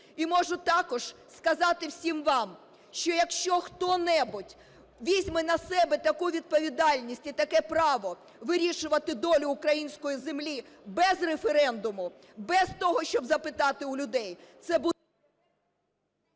І можу також сказати всім вам, що, якщо хто-небудь візьме на себе таку відповідальність і таке право - вирішувати долю української землі без референдуму, без того, щоб запитати у людей, це буде…